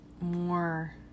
more